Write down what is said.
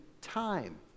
time